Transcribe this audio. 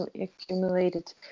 accumulated